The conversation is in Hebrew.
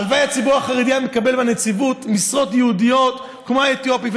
הלוואי שהציבור החרדי היה מקבל מהנציבות משרות ייעודיות כמו האתיופים.